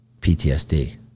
PTSD